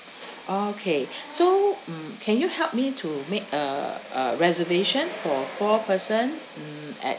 okay so mm can you help me to make a a reservation for four person mm at